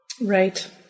Right